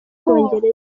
bwongereza